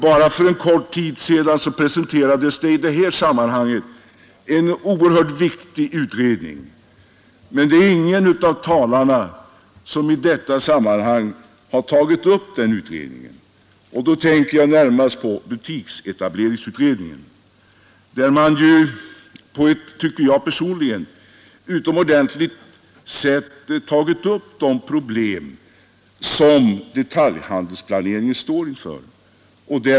Bara för en kort tid sedan presenterades i detta sammanhang en viktig utredning, men det är ingen av talarna som nu har berört den utredningen. Jag tänker närmast på butiksetableringsutredningen som på ett, tycker jag, utomordentligt sätt tagit upp de problem som detaljhandelsplaneringen står inför.